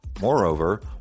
Moreover